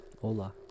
Hola